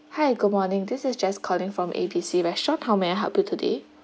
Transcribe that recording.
hi good morning this is jess calling from A B C restaurant how may I help you today